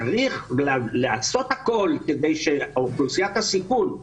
צריך לעשות הכול כדי שאוכלוסיית הסיכון,